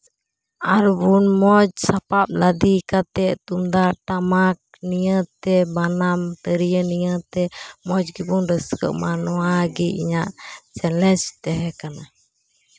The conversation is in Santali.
ᱟᱨᱵᱚᱱ ᱢᱚᱡᱽ ᱥᱟᱯᱟᱯ ᱞᱟᱫᱮ ᱠᱟᱛᱮ ᱛᱩᱢᱫᱟᱜ ᱴᱟᱢᱟᱠ ᱱᱤᱭᱟᱹ ᱵᱟᱱᱟᱢ ᱛᱤᱨᱭᱟᱹ ᱱᱤᱭᱟᱹᱛᱮ ᱢᱚᱡᱽ ᱜᱮᱵᱚᱱ ᱨᱟᱹᱥᱠᱟᱹᱜ ᱢᱟ ᱱᱚᱣᱟᱜᱮ ᱤᱧᱟᱹᱜ ᱪᱮᱞᱮᱧᱡᱽ ᱛᱟᱦᱮᱸ ᱠᱟᱱᱟ